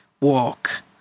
Walk